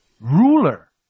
Ruler